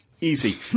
Easy